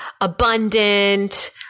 abundant